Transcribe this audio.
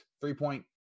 three-point